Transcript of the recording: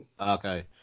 Okay